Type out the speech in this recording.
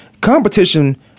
Competition